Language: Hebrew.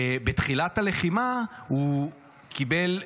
בתחילת הלחימה הוא קיבל,